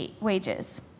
wages